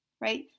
right